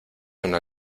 una